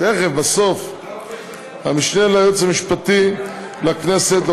המשנה ליועץ המשפטי לכנסת,